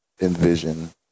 envision